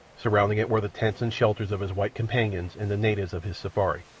surrounding it were the tents and shelters of his white companions and the natives of his safari.